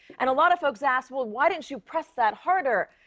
and a lot of folks asked, well, why didn't you press that harder?